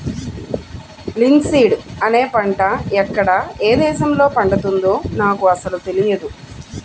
linseed అనే పంట ఎక్కడ ఏ దేశంలో పండుతుందో నాకు అసలు తెలియదు